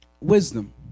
wisdom